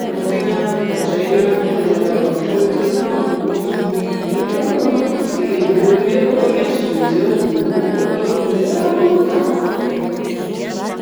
Raha tena nampigadraina mpanjaka vavy teo amin'ny tilikambo ambony dia ambony ery aho dia eny ambony any mi rô miantso vonjeo mikôkôka hoe vonjeo rey olona a. Dia zay!